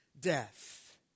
death